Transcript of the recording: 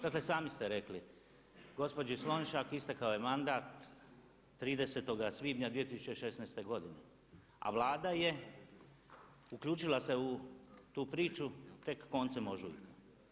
Dakle sami ste rekli, gospođi Slonjšak istekao je mandat 30. svibnja 2016. godine a Vlada je uključila se u tu priču tek koncem ožujka.